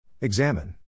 Examine